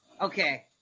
okay